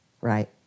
Right